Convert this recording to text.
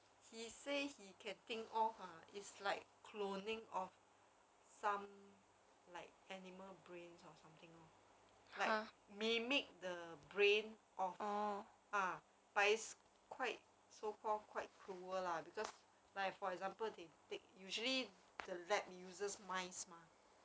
he say he can think of ah is like cloning of some like animal brains or some something like mimic the brain of ah but it's quite so called quite cruel lah because like for example they take usually the lab uses mice mah